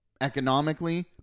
economically